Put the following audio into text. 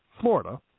Florida